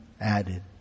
added